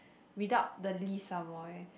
without the list somewhere